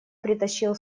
притащил